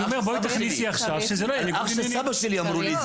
אח של סבא שלי, אמרו לי את זה.